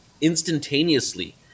instantaneously